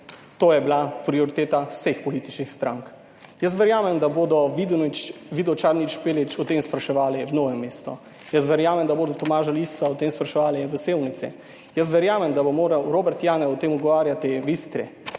to je bila prioriteta vseh političnih strank. Jaz verjamem, da bodo Vido Čadonič Špelič o tem spraševali v Novem mestu, jaz verjamem, da bodo Tomaža Lisca o tem spraševali v Sevnici, jaz verjamem, da bo moral Robert Janev o tem pogovarjati v Istri